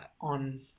on